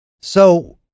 So-